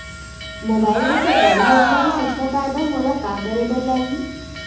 mobile मा सरकारी योजना के सूचना पाए बर मोला का करे बर लागही